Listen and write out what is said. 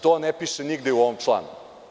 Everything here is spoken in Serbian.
To ne piše nigde u ovom članu.